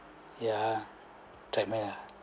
ya treadmill ah